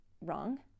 wrong